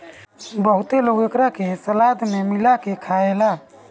बहुत लोग एकरा के सलाद में मिला के खाएला